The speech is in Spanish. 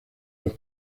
los